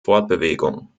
fortbewegung